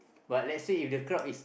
but let's say if the crowd is